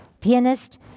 pianist